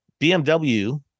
bmw